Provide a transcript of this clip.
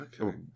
Okay